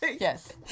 Yes